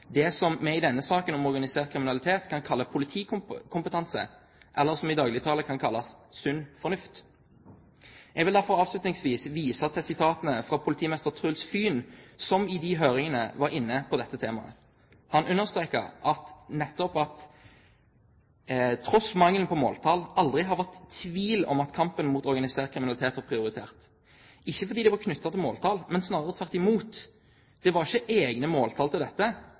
det som vi i denne saken om organisert kriminalitet kan kalle politikompetanse, eller som i dagligtale kan kalles sunn fornuft. Jeg vil derfor avslutningsvis vise til sitatene fra politimester Truls Fyhn, som i høringene var inne på dette temaet. Han understreket nettopp at han, tross mangel på måltall, aldri hadde vært i tvil om at kampen mot organisert kriminalitet var prioritert, ikke fordi det var knyttet til måltall – men snarere tvert imot, det var ikke egne måltall til dette